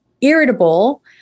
irritable